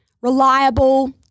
reliable